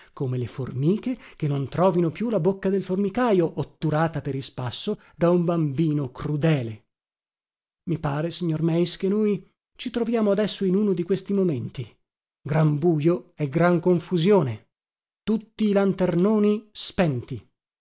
come le formiche che non trovino più la bocca del formicajo otturata per ispasso da un bambino crudele i pare signor meis che noi ci troviamo adesso in uno di questi momenti gran bujo e gran confusione tutti i lanternoni spenti